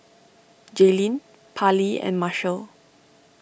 Jaylene Parlee and Marshall